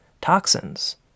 toxins